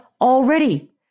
already